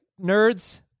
nerds